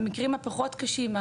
המקרים הפחות קשים,